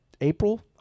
April